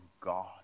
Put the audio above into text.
God